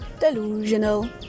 delusional